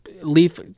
leaf